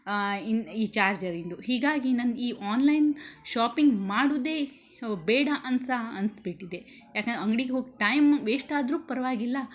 ಇನ್ನು ಈ ಚಾರ್ಜರಿಂದು ಹೀಗಾಗಿ ನನ್ನ ಈ ಆನ್ಲೈನ್ ಶಾಪಿಂಗ್ ಮಾಡೋದೇ ಬೇಡ ಅಂತ ಅನ್ನಿಸ್ಬಿಟ್ಟಿದೆ ಯಾಕಂದ್ರೆ ಅಂಗ್ಡಿಗೆ ಹೋಗಿ ಟೈಮ್ ವೇಸ್ಟಾದರೂ ಪರವಾಗಿಲ್ಲ